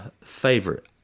favorite